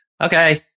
okay